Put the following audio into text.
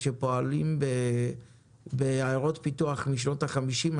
שפועלים בעיירות פיתוח משנות החמישים,